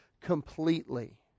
completely